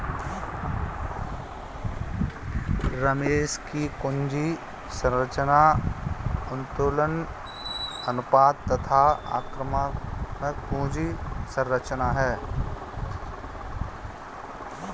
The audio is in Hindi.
रमेश की पूंजी संरचना उत्तोलन अनुपात तथा आक्रामक पूंजी संरचना है